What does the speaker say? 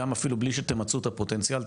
גם אפילו בלי שתמצו את הפוטנציאל,